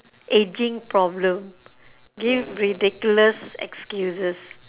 ageing problem give ridiculous excuses